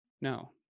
No